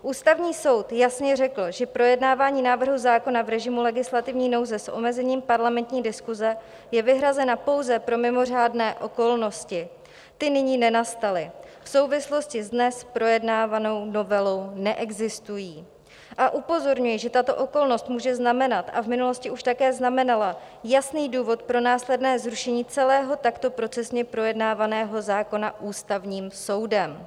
Ústavní soud jasně řekl, že projednávání návrhu zákona v režimu legislativní nouze s omezením parlamentní diskuze je vyhrazeno pouze pro mimořádné okolnosti ty nyní nenastaly, v souvislosti s dnes projednávanou novelou neexistují a upozorňuje, že tato okolnost může znamenat, a v minulosti už také znamenala, jasný důvod pro následné zrušení celého takto procesně projednávaného zákona Ústavním soudem.